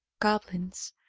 goblins.